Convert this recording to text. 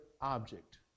object